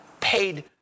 paid